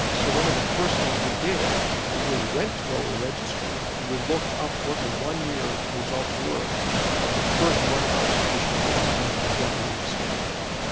so one of the first things we did is we went to our registry and we looked up what the one year results were of the first one thousand patients we'd implanted a drug-eluting stent into.